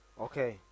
Okay